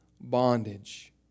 bondage